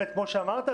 כמו שאמרת,